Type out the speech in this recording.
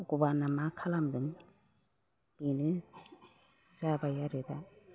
भगबाना मा खालामदों बेनो जाबाय आरो दा